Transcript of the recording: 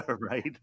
Right